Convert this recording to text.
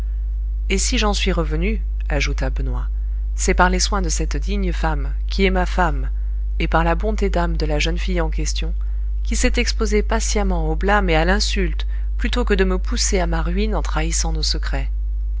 et si j'en suis revenu ajouta benoît c'est par les soins de cette digne femme qui est ma femme et par la bonté d'âme de la jeune fille en question qui s'est exposée patiemment au blâme et à l'insulte plutôt que de me pousser à ma ruine en trahissant nos secrets